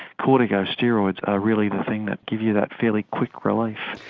corticosteroids are really the thing that give you that fairly quick relief.